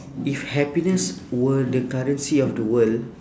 if happiness were the currency of the world